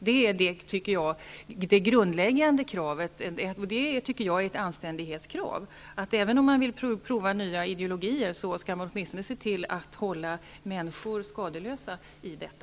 Det är det grundläggande kravet, och det är ett anständighetskrav. Även om man vill prova nya ideologier skall man åtminstone se till att hålla människor skadeslösa.